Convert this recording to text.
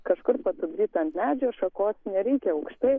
kažkur patupdyt ant medžio šakos nereikia aukštai